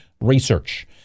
research